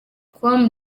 com